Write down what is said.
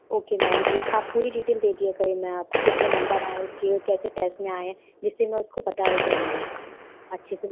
okay ma'am डी आप पूरी डिटेल दे दिया करें मैं आपको कितने नंबर आए उसके कैसे टेस्ट में आए जिससे मैं उसको बताया करूँगी अच्छे से